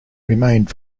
remained